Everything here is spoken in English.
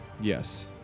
Yes